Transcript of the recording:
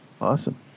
Awesome